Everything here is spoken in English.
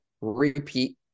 repeat